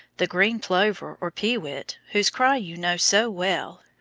the green plover or peewit, whose cry you know so well,